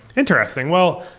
interesting. well,